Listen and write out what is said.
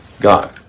God